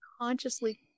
consciously